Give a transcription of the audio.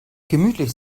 gemütlich